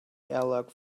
airlock